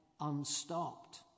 unstopped